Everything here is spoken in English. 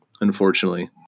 unfortunately